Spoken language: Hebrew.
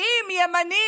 האם ימנים,